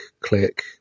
click